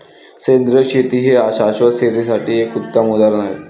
सेंद्रिय शेती हे शाश्वत शेतीसाठी एक उत्तम उदाहरण आहे